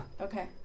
okay